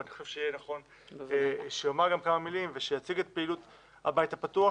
ואני חושב שיהיה נכון שיאמר גם כמה מילים ויציג את פעילות הבית הפתוח